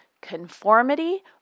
conformity